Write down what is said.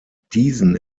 diesen